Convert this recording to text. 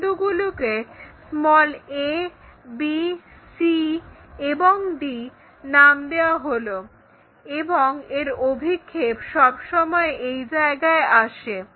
বিন্দুগুলিকে a b c এবং d নাম দেওয়া হলো এবং এর অভিক্ষেপ সবসময় এই জায়গায় আসে